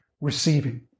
receiving